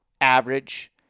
average